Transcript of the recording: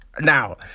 Now